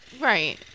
right